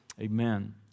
amen